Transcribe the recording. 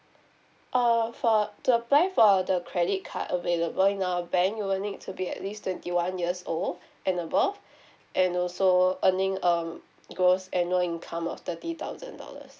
uh for to apply for the credit card available in our bank you will need to be at least twenty one years old and above and also earning um gross annual income of thirty thousand dollars